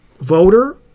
voter